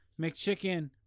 McChicken